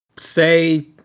Say